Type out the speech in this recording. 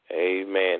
amen